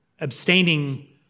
abstaining